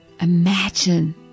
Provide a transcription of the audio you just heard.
imagine